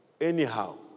anyhow